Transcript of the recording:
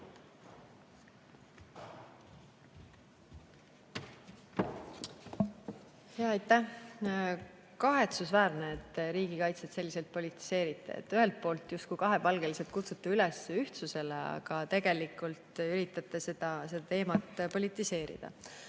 Aitäh! Kahetsusväärne, et te riigikaitset selliselt politiseerite. Ühelt poolt kahepalgeliselt justkui kutsute üles ühtsusele, aga tegelikult üritate seda teemat politiseerida.